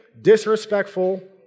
disrespectful